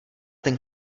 ten